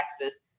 Texas